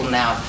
now